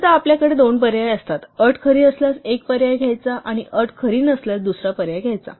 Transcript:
बरेचदा आपल्याकडे दोन पर्याय असतात अट खरी असल्यास एक पर्याय घ्यायचा आणि अट खरी नसल्यास दुसरा पर्याय घ्यायचा